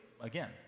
again